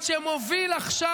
למה השיח הזה, למה?